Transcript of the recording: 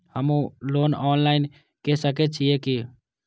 हमू loan online के सके छीये की?